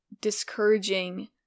discouraging